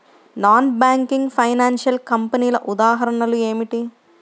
Non banking financial కంపెనీల ఉదాహరణలు ఏమిటి?